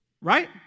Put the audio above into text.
Right